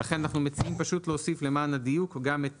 לכן אנחנו מציעים פשוט להוסיף למען הדיוק גם את